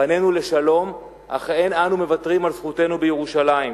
פנינו לשלום אך אין אנו מוותרים על זכותנו בירושלים.